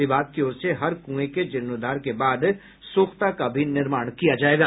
विभाग की ओर से हर कुएं के जीर्णोद्धार के बाद सोखता का भी निर्माण किया जायेगा